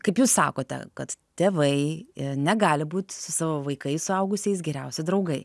kaip jūs sakote kad tėvai negali būti su savo vaikais suaugusiais geriausi draugai